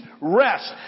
rest